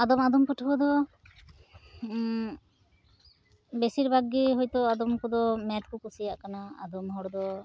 ᱟᱫᱚᱢ ᱟᱫᱚᱢ ᱯᱟᱹᱴᱷᱟᱹ ᱫᱚ ᱵᱮᱥᱤᱨ ᱵᱷᱟᱜᱽ ᱜᱮ ᱦᱚᱭᱛᱳ ᱟᱫᱚᱢ ᱠᱚᱫᱚ ᱢᱮᱛᱷ ᱠᱚ ᱠᱩᱥᱤᱭᱟᱜ ᱠᱟᱱᱟ ᱟᱫᱚᱢ ᱦᱚᱲᱫᱚ